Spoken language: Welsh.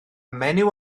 menyw